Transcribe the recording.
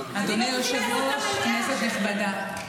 אדוני היושב-ראש, כנסת נכבדה,